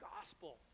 gospel